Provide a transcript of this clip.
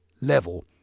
level